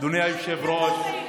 אדוני היושב-ראש --- אתה לא תעיר לי,